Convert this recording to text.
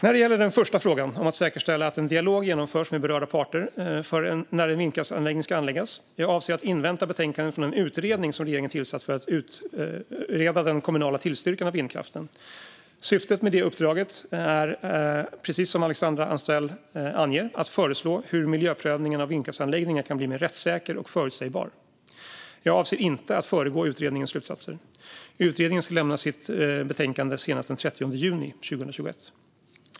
När det gäller den första frågan om att säkerställa att en dialog genomförs med berörda parter där en vindkraftsanläggning ska anläggas: Jag avser att invänta betänkandet från den utredning som regeringen tillsatt för att utreda den kommunala tillstyrkan av vindkraft. Syftet med uppdraget till utredningen är, precis som Alexandra Anstrell anger, att föreslå hur miljöprövningen av vindkraftsanläggningar kan bli mer rättssäker och förutsägbar. Jag avser inte att föregå utredningens slutsatser. Utredningen ska lämna sitt betänkande senast den 30 juni 2021.